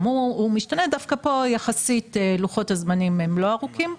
דווקא כאן לוחות הזמנים הם לא ארוכים,